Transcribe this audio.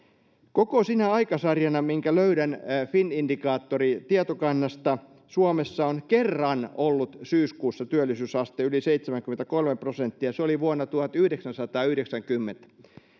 koko sinä aikasarjana minkä löydän findikaattori tietokannasta suomessa on kerran ollut syyskuussa työllisyysaste yli seitsemänkymmentäkolme prosenttia se oli vuonna tuhatyhdeksänsataayhdeksänkymmentä